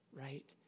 right